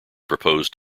proposed